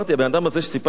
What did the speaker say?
הבן-אדם הזה שסיפרתי,